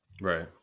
Right